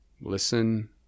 listen